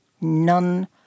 None